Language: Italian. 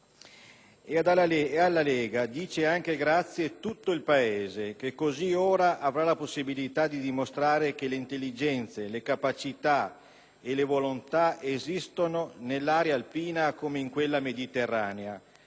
Ed alla Lega dice anche grazie tutto il Paese, che così ora avrà la possibilità di dimostrare che le intelligenze, le capacità e le volontà esistono nell'area alpina come in quella mediterranea